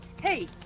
Hey